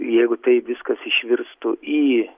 jeigu tai viskas išvirstų į